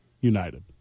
United